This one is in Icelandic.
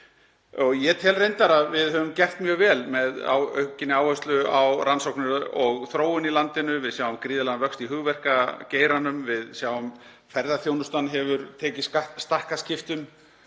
Ég tel reyndar að við höfum gert mjög vel með aukinni áherslu á rannsóknir og þróun í landinu. Við sjáum gríðarlegan vöxt í hugverkageiranum. Við sjáum að ferðaþjónustan hefur tekið stakkaskiptum